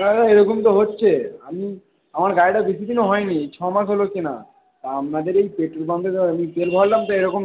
দাদা এরকম তো হচ্ছে আপনি আমার গাড়িটা বেশিদিনও হয়নি ছমাস হল কেনা তা আপনাদের এই পেট্রোল পাম্পে তেল ভরালাম তো এরকম